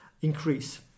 increase